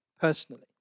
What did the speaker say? personally